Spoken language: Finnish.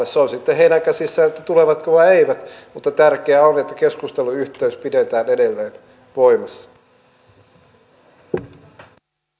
se on sitten heidän käsissään tulevatko vai eivät mutta tärkeää on että keskusteluyhteys pidetään edelleen voimassa